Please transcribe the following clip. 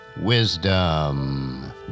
Wisdom